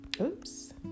oops